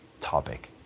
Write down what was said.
topic